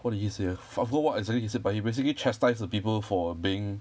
what did he say ah fuck forgot what exactly he said but he basically chastised the people for being